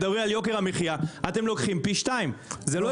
מדברים על יוקר המחיה, אתם לוקחים פי 2, זה לא